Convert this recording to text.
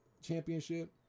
championship